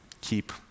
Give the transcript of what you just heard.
Keep